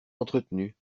entretenus